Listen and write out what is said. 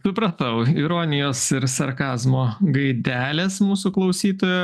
supratau ironijos ir sarkazmo gaidelės mūsų klausytojo